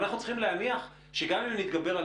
ואנחנו צריכים להניח שגם אם נתגבר על